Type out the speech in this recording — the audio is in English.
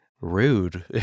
rude